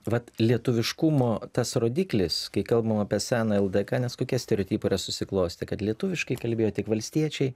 vat lietuviškumo tas rodiklis kai kalbam apie seną ldk nes kokie stereotipai yra susiklostę kad lietuviškai kalbėjo tik valstiečiai